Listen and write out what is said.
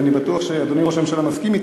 ואני בטוח שאדוני ראש הממשלה מסכים אתי